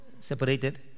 separated